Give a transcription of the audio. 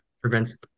prevents